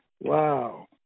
Wow